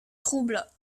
troubles